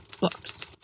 books